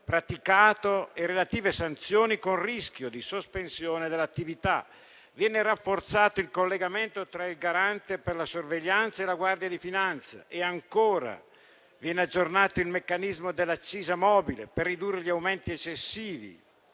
praticato, con relative sanzioni e rischio di sospensione dell'attività. Viene rafforzato il collegamento tra il Garante per la sorveglianza e la Guardia di finanza. Ancora, viene aggiornato il meccanismo della accisa mobile per ridurre gli aumenti eccessivi.